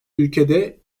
ülkede